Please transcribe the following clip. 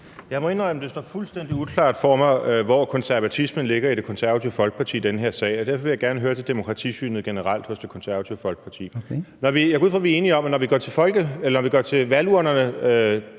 Jeg må indrømme, at det står fuldstændig uklart for mig, hvor konservatismen ligger i Det Konservative Folkeparti i den her sag, og derfor vil jeg gerne høre om demokratisynet generelt hos Det Konservative Folkeparti. Jeg går ud fra, at vi er enige om, at når vi går til valgurnerne